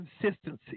consistency